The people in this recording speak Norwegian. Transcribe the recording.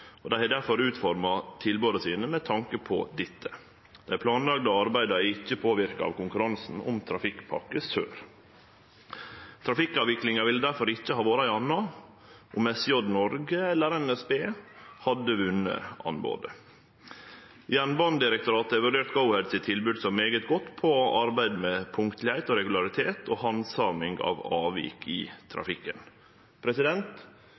og dei har difor utforma tilboda sine med tanke på det. Dei planlagde arbeida har ikkje påverka konkurransen om Trafikkpakke Sør. Trafikkavviklinga ville difor ikkje ha vore ei anna om SJ Norge eller NSB hadde vunne anbodet. Jernbanedirektoratet har vurdert tilbodet frå Go-Ahead som svært godt når det gjeld arbeid med punktlegheit, regularitet og handsaming av avvik i